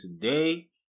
today